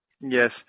yes